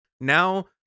now